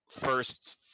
first